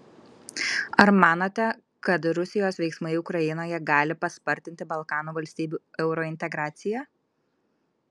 ar manote kad rusijos veiksmai ukrainoje gali paspartinti balkanų valstybių eurointegraciją